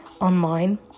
online